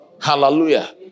Hallelujah